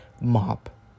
mop